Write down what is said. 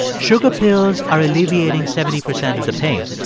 sugar pills are alleviating seventy percent of the pain.